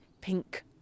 pink